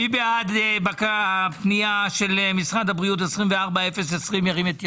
מי בעד הפנייה של משרד הבריאות 24020 ירים את ידו.